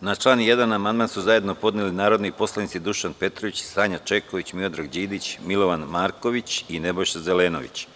Na član 1. amandman su zajedno podneli narodni poslanici Dušan Petrović i Sanja Čeković, Miodrag Đidić, Milovan Marković i Nebojša Zelenović.